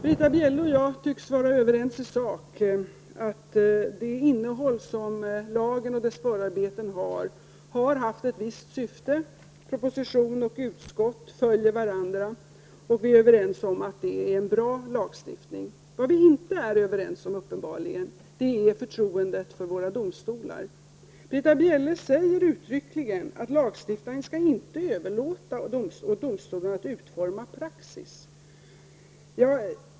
Herr talman! Britta Bjelle och jag tycks vara överens i sak: Innehållet i lagen och dess förarbeten har haft ett visst syfte. Proposition och utskott följer varandra. Vi är överens om att det är en bra lagstiftning. Vad vi uppenbarligen inte är överens om är detta med förtroendet för våra domstolar. Britta Bjelle säger uttryckligen att lagstiftaren inte skall överlåta åt domstolarna att utforma praxis.